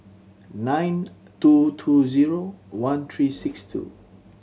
nine two two zero one three six two